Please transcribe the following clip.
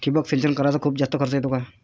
ठिबक सिंचन कराच खूप जास्त खर्च येतो का?